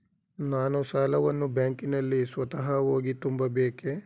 ನಾನು ಸಾಲವನ್ನು ಬ್ಯಾಂಕಿನಲ್ಲಿ ಸ್ವತಃ ಹೋಗಿ ತುಂಬಬೇಕೇ?